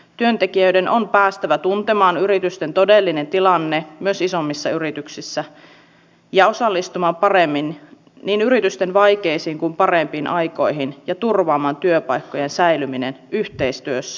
työntekijöiden on päästävä tuntemaan yritysten todellinen tilanne myös isommissa yrityksissä ja osallistumaan paremmin niin yritysten vaikeampiin kuin parempiin aikoihin ja turvaamaan työpaikkojen säilyminen yhteistyössä